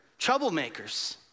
Troublemakers